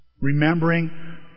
Remembering